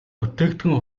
бүтээгдэхүүн